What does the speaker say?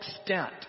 extent